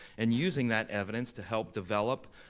and using that evidence to help develop